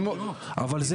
אבל,